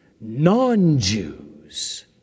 non-Jews